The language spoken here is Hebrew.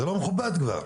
זה לא מכובד כבר.